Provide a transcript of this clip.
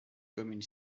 commune